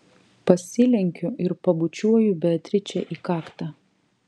pasilenkiu ir pabučiuoju beatričę į kaktą